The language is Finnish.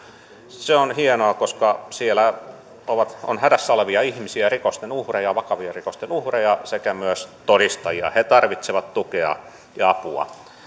se on hienoa koska siellä on hädässä olevia ihmisiä rikosten uhreja vakavien rikosten uhreja sekä myös todistajia he tarvitsevat tukea ja apua